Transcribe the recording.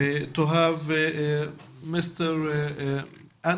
להלן הדברים): אני מאוד שמח לארח אותך,